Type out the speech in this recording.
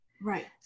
Right